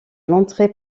l’entrée